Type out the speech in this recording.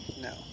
No